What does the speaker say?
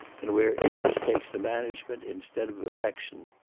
and where interest takes the management instead of affection.